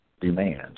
demands